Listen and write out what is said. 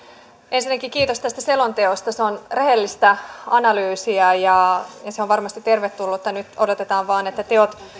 ensinnäkin kiitos tästä selonteosta se on rehellistä analyysiä ja se on varmasti tervetullutta nyt odotetaan vain että teot